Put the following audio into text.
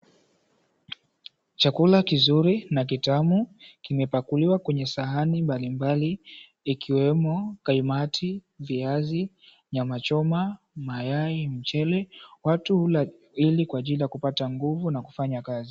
Chakula kizuri na kitamu kimepakuliwa kwenye sahani mbali mbali ikiwemo kaimati, viazi, nyama choma, mayai, mchele. Watu hula ilikupata nguvu na kufanya kazi.